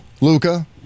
Luca